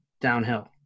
downhill